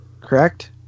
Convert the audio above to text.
correct